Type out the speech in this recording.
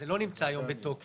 זה לא נמצא היום בתוקף